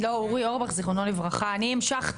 לא, אורי אורבך, זכרונו לברכה, אני המשכתי.